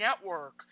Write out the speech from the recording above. Network